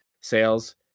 sales